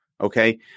Okay